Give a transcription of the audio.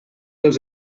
els